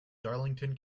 darlington